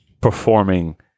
performing